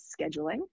scheduling